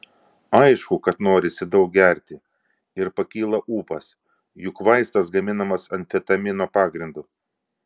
aišku kad norisi daug gerti ir pakyla ūpas juk vaistas gaminamas amfetamino pagrindu